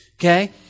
Okay